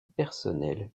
personnelle